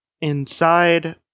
inside